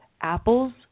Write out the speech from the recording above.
Apple's